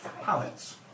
pallets